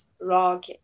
rock